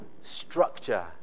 structure